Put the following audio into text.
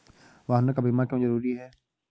वाहनों का बीमा क्यो जरूरी है?